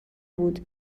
بود